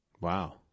Wow